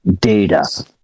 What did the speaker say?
data